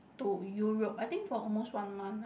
to Europe I think for almost one month ah